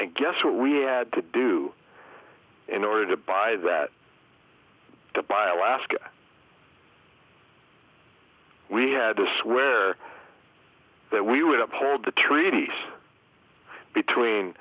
and guess what we had to do in order to buy that to buy alaska we had to swear that we would uphold the treaty between